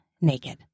naked